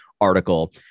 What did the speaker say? article